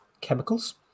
chemicals